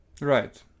Right